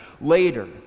later